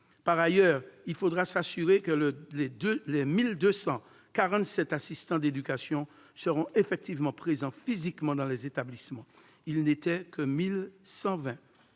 Par ailleurs, il faudra s'assurer que les 1 247 assistants d'éducation seront effectivement présents physiquement dans les établissements. Ils n'étaient que 1 120